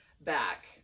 back